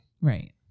Right